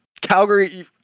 Calgary